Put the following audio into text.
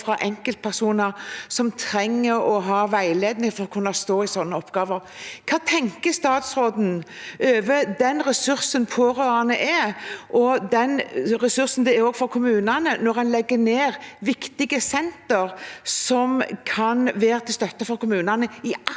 fra enkeltpersoner som trenger veiledning for å kunne stå i sånne oppgaver. Hva tenker statsråden om den ressursen pårørende er, og den ressursen de også er for kommunene, når en legger ned viktige senter som kan være til støtte for kommunene i